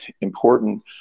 important